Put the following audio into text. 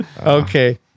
Okay